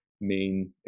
main